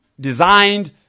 designed